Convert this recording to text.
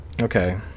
Okay